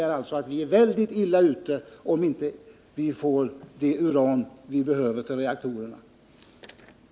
Det innebär att vi är mycket illa ute, om vi inte får det uran som vi behöver för våra reaktorer.